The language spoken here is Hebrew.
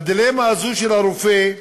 והדילמה הזאת של הרופא,